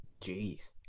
Jeez